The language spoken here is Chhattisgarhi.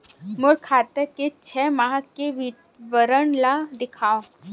मोर खाता के छः माह के विवरण ल दिखाव?